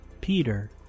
Peter